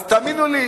אז תאמינו לי,